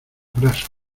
grasas